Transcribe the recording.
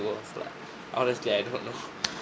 it was like honestly I don't know